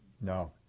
No